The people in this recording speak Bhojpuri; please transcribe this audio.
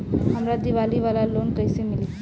हमरा दीवाली वाला लोन कईसे मिली?